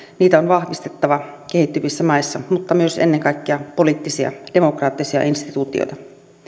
niitä on vahvistettava kehittyvissä maissa mutta myös ennen kaikkea poliittisia demokraattisia instituutioita